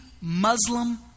Muslim